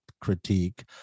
critique